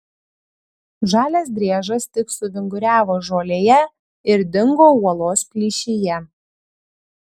žalias driežas tik suvinguriavo žolėje ir dingo uolos plyšyje